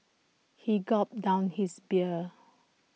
he gulped down his beer